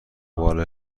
بالا